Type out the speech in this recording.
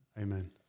Amen